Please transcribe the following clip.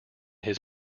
his